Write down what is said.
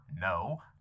No